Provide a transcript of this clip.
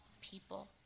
people